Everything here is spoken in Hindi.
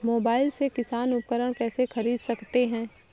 मोबाइल से किसान उपकरण कैसे ख़रीद सकते है?